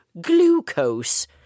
glucose